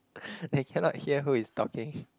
I cannot hear who is talking